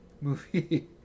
movie